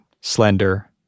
slender